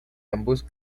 ambos